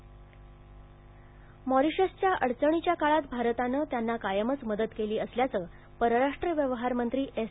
Mauritius मॉरीशसच्या अडचणीच्या काळात भारतानं त्यांना कायमच मदत केली असल्याचं परराष्ट्र व्यवहार मंत्री एस